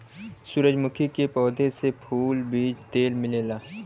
सूरजमुखी के पौधा से फूल, बीज तेल मिलेला